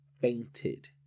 fainted